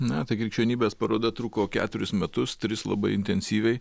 na tai krikščionybės paroda truko ketverius metus tris labai intensyviai